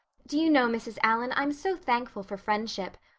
do you know, mrs. allan, i'm so thankful for friendship.